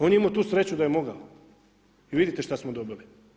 On je imao tu sreću da je mogao i vidite šta smo dobili.